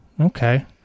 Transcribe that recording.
Okay